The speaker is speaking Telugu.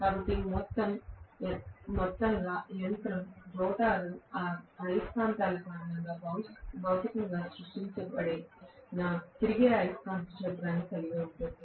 కాబట్టి మొత్తంగా యంత్రం రోటర్ అయస్కాంతాల కారణంగా భౌతికంగా సృష్టించబడిన తిరిగే అయస్కాంత క్షేత్రాన్ని కలిగి ఉంటుంది